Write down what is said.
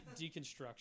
deconstruction